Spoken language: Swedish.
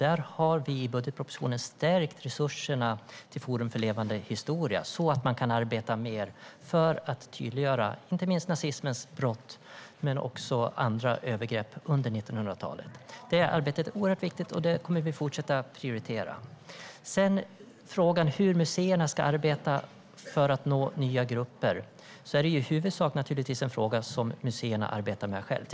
Där har vi i budgetpropositionen stärkt resurserna till Forum för levande historia, så att man kan arbeta mer för att tydliggöra inte minst nazismens brott men också andra övergrepp under 1900-talet. Det arbetet är oerhört viktigt, och det kommer vi att fortsätta prioritera. Sedan är frågan om hur museerna ska arbeta för att nå nya grupper är i huvudsak naturligtvis en fråga som museerna arbetar med själva.